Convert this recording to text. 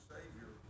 Savior